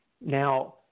Now